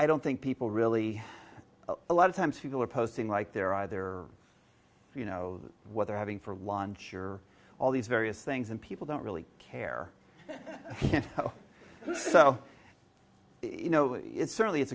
i don't think people really a lot of times people are posting like they're either you know what they're having for lunch or all these various things and people don't really care so you know it certainly i